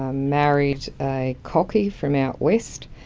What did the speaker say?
ah married a cocky from out west.